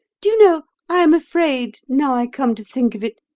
do you know, i am afraid, now i come to think of it,